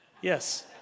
yes